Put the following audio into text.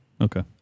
okay